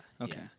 Okay